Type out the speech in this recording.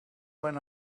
when